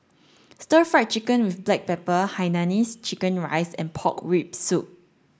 stir fry chicken with black pepper Hainanese chicken rice and pork rib soup